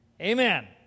Amen